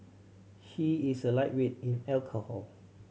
he is a lightweight in alcohol